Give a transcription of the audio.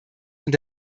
und